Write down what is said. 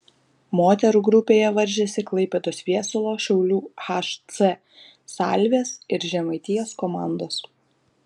moterų grupėje varžėsi klaipėdos viesulo šiaulių hc salvės ir žemaitijos komandos